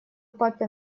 папе